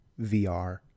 VR